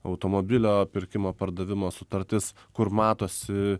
automobilio pirkimo pardavimo sutartis kur matosi